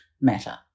matter